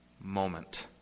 moment